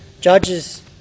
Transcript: judges